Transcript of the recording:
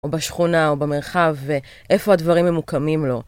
או בשכונה, או במרחב, ואיפה הדברים ממוקמים לו.